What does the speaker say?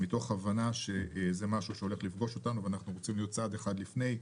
מתוך הבנה שזה משהו שהולך לפגוש אותנו ואנחנו רוצים להיות צעד אחד לפני.